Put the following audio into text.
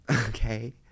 okay